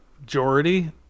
majority